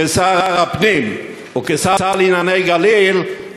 כשר הפנים וכשר לענייני הגליל,